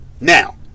Now